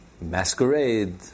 masquerade